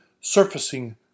surfacing